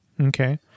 Okay